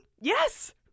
Yes